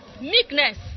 meekness